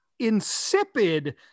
insipid